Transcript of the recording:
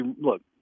Look